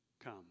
come